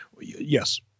Yes